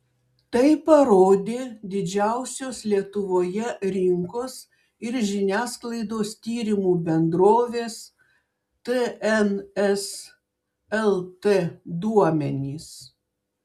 tai parodė didžiausios lietuvoje rinkos ir žiniasklaidos tyrimų bendrovės tns lt duomenys